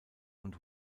und